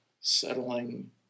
settling